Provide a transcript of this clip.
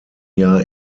jahr